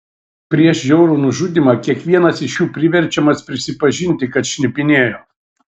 prieš žiaurų nužudymą kiekvienas iš jų priverčiamas prisipažinti kad šnipinėjo